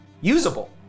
usable